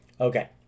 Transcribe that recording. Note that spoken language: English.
Okay